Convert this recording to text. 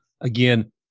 again